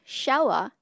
shower